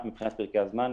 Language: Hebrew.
מבחינת פרקי הזמן,